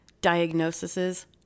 diagnoses